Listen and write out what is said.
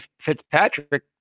Fitzpatrick